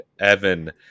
Evan